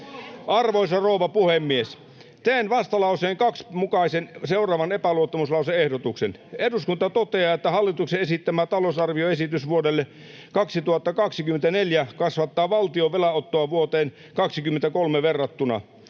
Arvoisa rouva puhemies! Teen vastalauseen 2 mukaisen seuraavan epäluottamuslause-ehdotuksen: ”Eduskunta toteaa, että hallituksen esittämä talousarvioesitys vuodelle 2024 kasvattaa valtion velanottoa vuoteen 23 verrattuna.